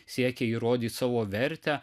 siekė įrodyt savo vertę